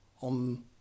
on